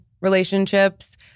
relationships